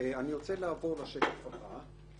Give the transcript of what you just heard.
אני רוצה לעבור לשקף הבא.